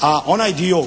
A onaj dio